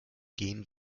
gehen